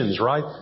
right